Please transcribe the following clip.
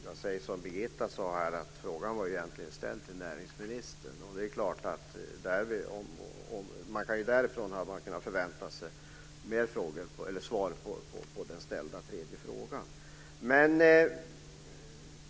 Jag säger som Birgitta sade, att frågan egentligen var ställd till näringsministern. Det är klart att man därifrån hade kunnat förvänta sig mer svar på den tredje ställda frågan.